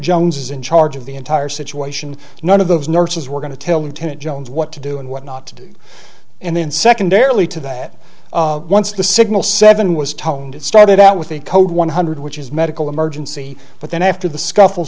jones is in charge of the entire situation none of those nurses were going to tell intent jones what to do and what not to do and then secondarily to that once the signal seven was toned it started out with a code one hundred which is medical emergency but then after the scuffle